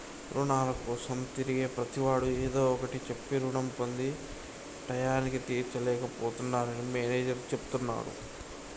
రుణాల కోసం తిరిగే ప్రతివాడు ఏదో ఒకటి చెప్పి రుణం పొంది టైయ్యానికి తీర్చలేక పోతున్నరని మేనేజర్ చెప్తున్నడు